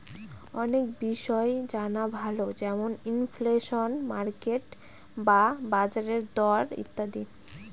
অনেক বিষয় জানা ভালো যেমন ইনফ্লেশন, মার্কেট বা বাজারের দর ইত্যাদি